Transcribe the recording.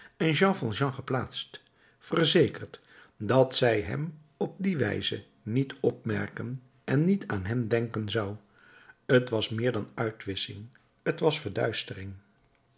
en jean valjean geplaatst verzekerd dat zij hem op die wijze niet opmerken en niet aan hem denken zou t was meer dan uitwissching t was verduistering